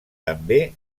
també